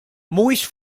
mhuwiex